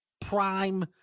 prime